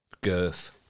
girth